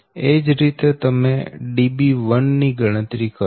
એ જ રીતે તમે Db1 ની ગણતરી કરો